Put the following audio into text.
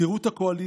תראו את הקואליציה.